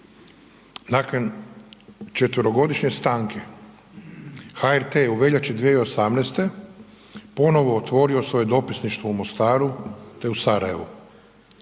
Nakon četverogodišnje stanke HRT-a je u veljači 2018. ponovo otvorio svoje Dopisništvo u Mostaru te u Sarajevu.